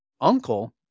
uncle